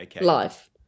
life